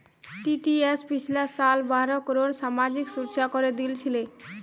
TCS पिछला साल बारह करोड़ सामाजिक सुरक्षा करे दिल छिले